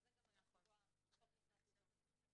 שזה מועד כניסת החוק לתוקף.